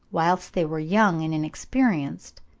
whilst they were young and inexperienced,